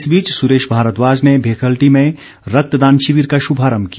इस बीच सुरेश भारद्वाज ने भेखलटी में रक्तदान शिविर का शुभारंभ किया